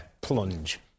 plunge